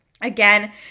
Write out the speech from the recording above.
Again